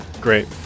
Great